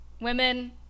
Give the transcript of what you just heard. Women